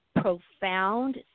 profound